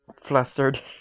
flustered